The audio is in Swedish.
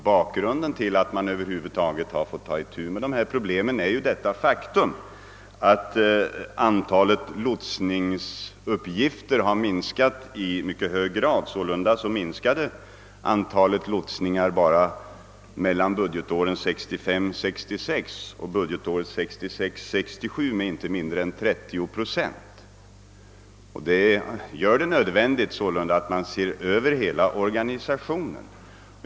Bakgrunden till att den över huvud taget har fått ta itu med dessa problem är det faktum att antalet lotsningsuppgifter har minskat i mycket hög grad; de sjönk enbart mellan budgetåren 1965 67 med inte mindre än 30 procent. Detta gör det nödvändigt att se över hela organisationen.